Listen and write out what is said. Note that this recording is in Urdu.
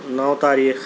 نو تاریخ